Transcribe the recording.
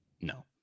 No